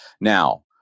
Now